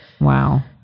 wow